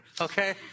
okay